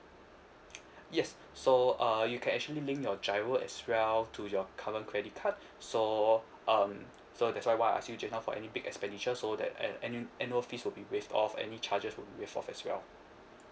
yes so uh you can actually link your GIRO as well to your current credit card so um so that's why why I ask you just now for any big expenditure so that an~ annu~ annual fees will be waived off any charges will be waived off as well